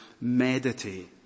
meditate